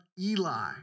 Eli